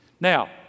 Now